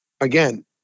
again